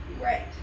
Right